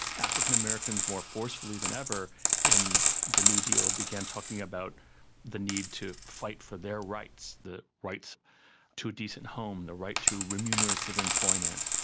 african-americans, more forcefully than ever in the new deal began talking about the need to fight for their rights, the rights to a decent home, the right to remunerative employment,